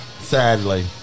Sadly